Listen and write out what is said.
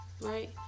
right